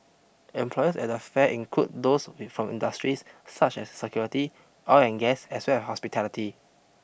employers at the fair include those from industries such as security oil and gas as well as hospitality